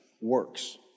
works